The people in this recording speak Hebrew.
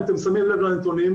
אם אתם שמים לב לנתונים,